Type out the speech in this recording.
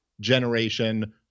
generation